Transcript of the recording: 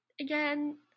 again